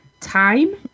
time